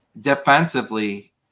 defensively